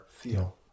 feel